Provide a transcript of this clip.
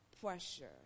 pressure